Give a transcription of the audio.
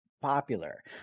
popular